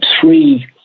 three